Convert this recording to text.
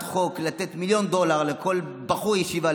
חוק לתת מיליון דולר לכל בחור ישיבה,